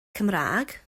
cymraeg